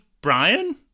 Brian